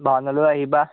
ভাওনালৈও আহিবা